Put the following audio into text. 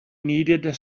needed